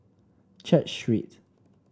Church Street